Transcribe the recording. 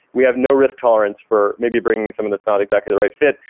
we have no risk tolerance for maybe bringing something that's not exactly the right fit.